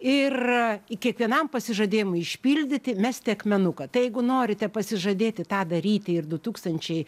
ir kiekvienam pasižadėjimui išpildyti mesti akmenuką tai jeigu norite pasižadėti tą daryti ir du tūkstančiai